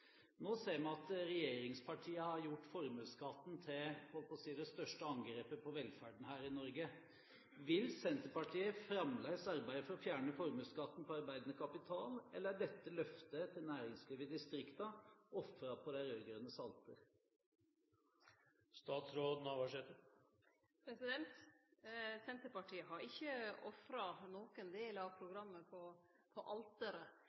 Nå ser vi at regjeringspartiene har gjort formuesskatten til, jeg hadde nær sagt, det største angrepet på velferden her i Norge. Vil Senterpartiet fremdeles arbeide for å fjerne formuesskatten på arbeidende kapital, eller er dette løftet til næringslivet i distriktene ofret på de rød-grønnes alter? Senterpartiet har ikkje ofra nokon del av programmet på alteret.